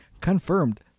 confirmed